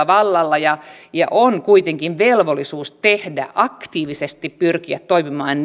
vallalla on kuitenkin velvollisuus tehdä se aktiivisesti pyrkiä toimimaan